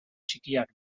txikiak